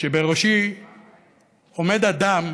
שבראשי עומד אדם